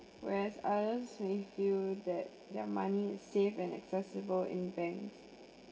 whereas others may feel that their money is safe and accessible in banks